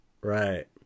right